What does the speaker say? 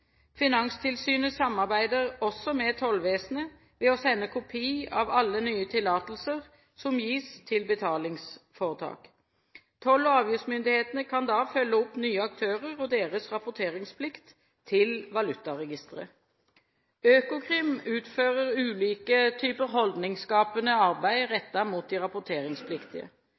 Finanstilsynet samarbeider også med tollvesenet ved å sende kopi av alle nye tillatelser som gis til betalingsforetak. Toll- og avgiftsmyndighetene kan da følge opp nye aktører og deres rapporteringsplikt til valutaregisteret. Økokrim utfører ulike typer holdningsskapende arbeid rettet mot de rapporteringspliktige.